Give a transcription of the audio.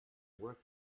work